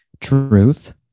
truth